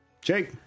Jake